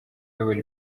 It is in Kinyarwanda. uyobora